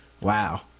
Wow